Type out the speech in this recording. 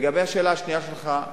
לשאלה השנייה שלך,